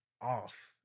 off